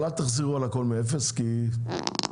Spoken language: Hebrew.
אבל אל תחזרו על הכול מאפס, כי זה לא מתאים.